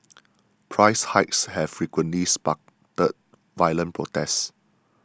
price hikes have frequently sparked violent protests